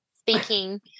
speaking